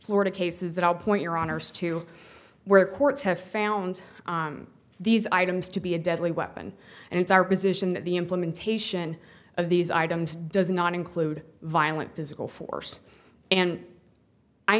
florida cases that i'll point your honour's to where courts have found these items to be a deadly weapon and it's our position that the implementation of these items does not include violent physical force and i